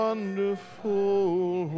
Wonderful